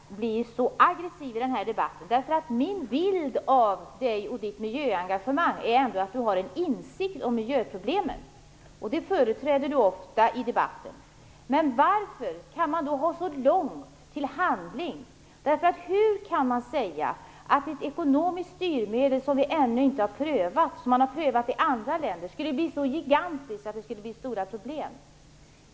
Fru talman! Det oroar mig att Gudrun Lindvall blir så aggressiv i den här debatten. Min bild av henne och hennes miljöengagemang är att hon har en insikt om miljöproblemen, och en sådan insikt företräder hon ofta i miljödebatten. Men varför har hon då så långt till handling? Hur kan man säga att ett ekonomiskt styrmedel som vi ännu inte har prövat, som man har prövat i andra länder, skulle bli så gigantiskt att det skulle bli stora problem?